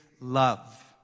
love